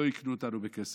לא יקנו אותנו בכסף.